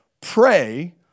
pray